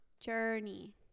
journey